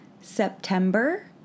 September